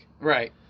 Right